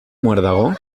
muérdago